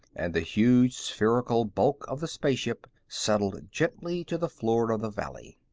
and the huge spherical bulk of the spaceship settled gently to the floor of the valley.